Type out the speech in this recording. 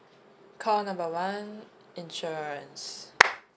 call number one insurance